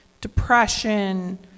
depression